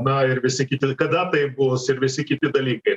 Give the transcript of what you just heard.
na ir visi kiti kada tai bus ir visi kiti dalykai